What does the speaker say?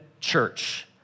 church